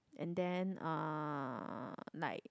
and then uh like